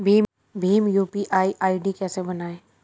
Bhim UPI ID कैसे बनाएं?